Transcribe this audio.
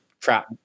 trap